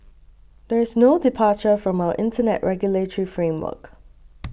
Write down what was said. there is no departure from our Internet regulatory framework